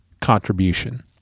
contribution